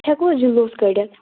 ہیٚکوٕ حظ جلوٗس کٔڈِتھ